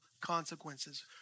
consequences